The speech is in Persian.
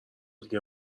دیگه